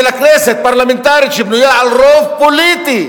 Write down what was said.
של הכנסת, פרלמנטרית, שבנויה על רוב פוליטי,